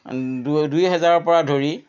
দুই এহেজাৰৰ পৰা ধৰি